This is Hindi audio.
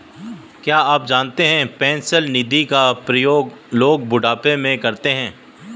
क्या आप जानते है पेंशन निधि का प्रयोग लोग बुढ़ापे में करते है?